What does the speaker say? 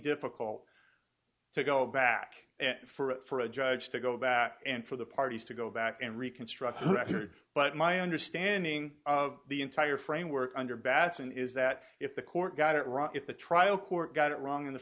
difficult to go back and for a judge to go back and for the parties to go back and reconstruct the record but my understanding of the entire framework under batson is that if the court got it wrong if the trial court got it wrong in the